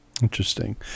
Interesting